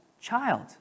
child